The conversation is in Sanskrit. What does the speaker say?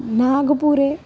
नागपुरे